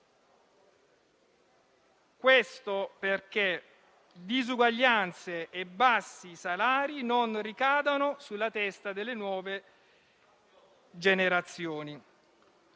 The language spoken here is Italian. Questo perché disuguaglianze e bassi salari non ricadano sulla testa delle nuove generazioni.